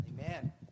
Amen